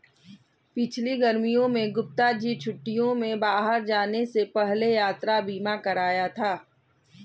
पिछली गर्मियों में गुप्ता जी ने छुट्टियों में बाहर जाने से पहले यात्रा बीमा कराया था